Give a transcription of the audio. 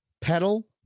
pedal